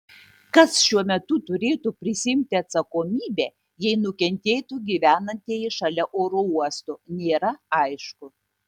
kas šiuo metu turėtų prisiimti atsakomybę jei nukentėtų gyvenantieji šalia oro uosto nėra aišku